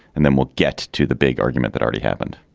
and then we'll get to the big argument that already happened